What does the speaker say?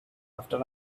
after